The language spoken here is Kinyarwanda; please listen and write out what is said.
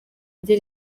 rye